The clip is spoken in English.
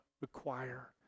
require